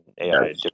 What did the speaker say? AI